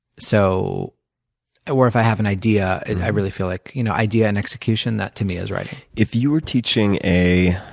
so if i have an idea, and i really feel like you know idea and execution that, to me, is writing. if you were teaching a,